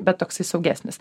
bet toksai saugesnis